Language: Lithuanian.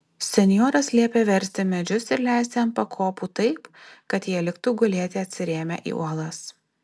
senjoras liepė versti medžius ir leisti ant pakopų taip kad jie liktų gulėti atsirėmę į uolas